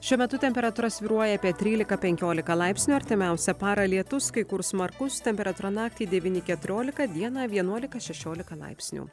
šiuo metu temperatūra svyruoja apie trylika penkiolika laipsnių artimiausią parą lietus kai kur smarkus temperatūra naktį devyni keturiolika dieną vienuolika šešiolika laipsnių